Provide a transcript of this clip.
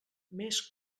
més